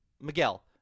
Miguel